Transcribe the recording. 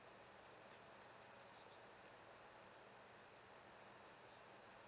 uh